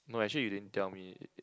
no actually you didn't tell me